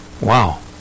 wow